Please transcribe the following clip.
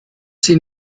sie